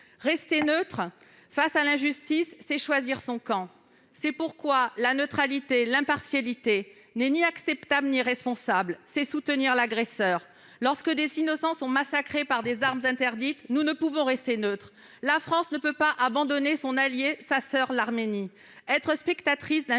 Rester neutre face à l'injustice, c'est choisir son camp ! C'est pourquoi la neutralité et l'impartialité ne sont ni acceptables ni responsables : elles reviendraient à soutenir l'agresseur. Lorsque des innocents sont massacrés par des armes interdites, nous ne pouvons rester neutres. Non, la France ne peut pas abandonner son allié, sa soeur : l'Arménie.